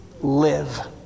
live